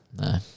No